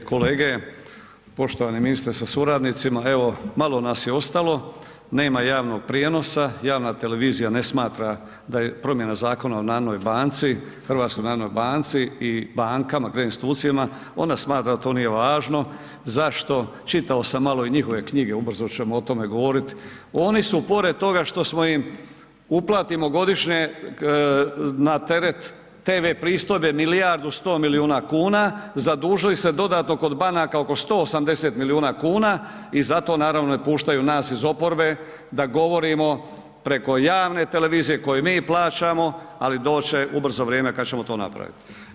Ej kolege, poštovani ministre sa suradnicima, evo malo nas je ostalo, nema javnog prijenosa, javna televizija smatra da je promjena Zakona o Narodnoj banci, HNB-u i bankama, kreditnim institucijama, ona smatra da to nije važno, zašto, čitao sam malo i njihove knjige, ubrzo ćemo o tome govorit, oni su pored toga što smo im uplatimo godišnje na teret TV pristojbe milijardu 100 milijuna kuna, zadužuju se dodatno kod banaka oko 180 milijuna kuna i zato naravno ne puštaju nas iz oporbe da govorimo preko javne televizije koju mi plaćamo ali doći će ubrzo vrijeme kad ćemo to napraviti.